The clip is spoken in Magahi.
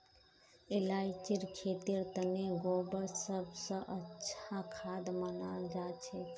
इलायचीर खेतीर तने गोबर सब स अच्छा खाद मनाल जाछेक